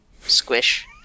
Squish